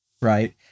Right